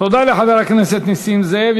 תודה לחבר הכנסת נסים זאב.